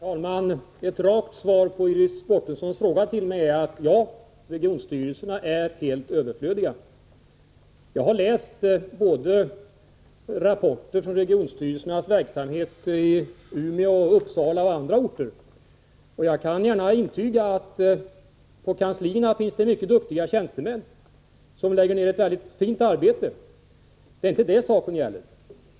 Herr talman! Ett rakt svar på Iris Mårtenssons fråga till mig är: Ja, regionstyrelserna är helt överflödiga. Jag har läst rapporter från regionstyrelsernas verksamhet i Umeå, Uppsala och på andra orter, och jag kan gärna intyga att det på kanslierna finns många duktiga tjänstemän som lägger ner ett mycket fint arbete. Det är inte det saken gäller.